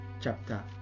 chapter